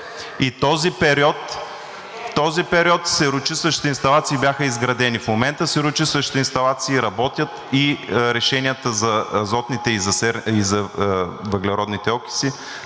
в този период сероочистващите инсталации бяха изградени. В момента сероочистващите инсталации работят и решенията за азотните и за въглеродните окиси